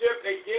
again